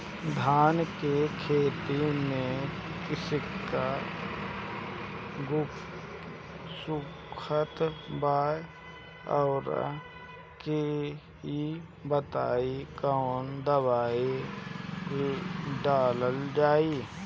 धान के खेती में सिक्का सुखत बा रउआ के ई बताईं कवन दवाइ डालल जाई?